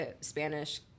spanish